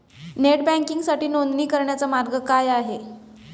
Net बँकिंगसाठी नोंदणी करण्याचा मार्ग काय आहे?